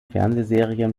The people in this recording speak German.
fernsehserien